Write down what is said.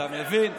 אתה מבין,